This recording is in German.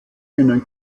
einen